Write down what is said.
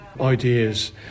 ideas